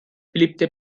beliebte